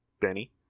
benny